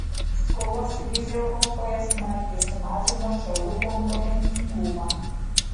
skolos krizė europoje smarkiai sumažino šalių konkurencingumą